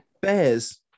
bears